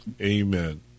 Amen